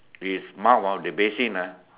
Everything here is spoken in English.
his mouth ah the basin ah